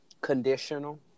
conditional